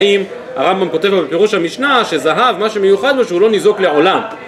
הרמב״ם כותב בפירוש המשנה שזהב, מה שמיוחד הוא שהוא לא נזוק לעולם